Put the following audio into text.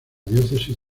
diócesis